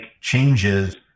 changes